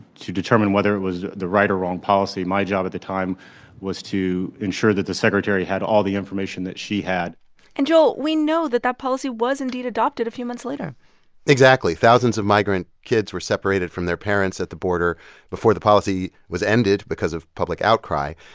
determine whether it was the right or wrong policy my job at the time was to ensure that the secretary had all the information that she had and joel, we know that that policy was indeed adopted a few months later exactly. thousands of migrant kids were separated from their parents at the border before the policy was ended because of public outcry.